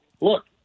look